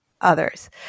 others